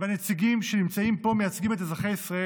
הנציגים שנמצאים פה, מייצגים את אזרחי ישראל.